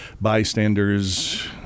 bystanders